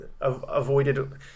avoided